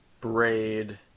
Braid